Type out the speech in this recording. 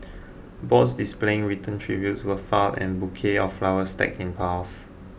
boards displaying written tributes were far and bouquets of flowers stacked in piles